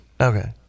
Okay